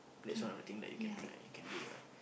that's one of the thing that you can try you can do ah